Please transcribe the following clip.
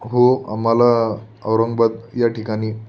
हो आम्हाला औरंगाबाद या ठिकाणी